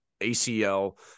ACL